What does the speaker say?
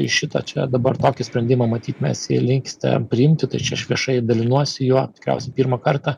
į šitą čia dabar tokį sprendimą matyt mes jį linkste priimti tačiau aš čia viešai dalinuosi juo tikriausiai pirmą kartą